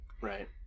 Right